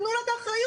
תנו לו את האחריות.